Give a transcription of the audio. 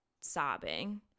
sobbing